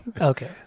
Okay